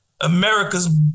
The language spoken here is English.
America's